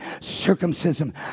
circumcision